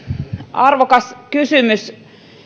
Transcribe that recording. arvokas kysymys